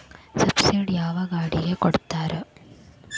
Subsidy ಯಾವ ಗಾಡಿಗೆ ಕೊಡ್ತಾರ?